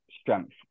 strength